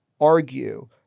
argue